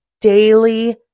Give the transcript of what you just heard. daily